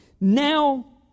Now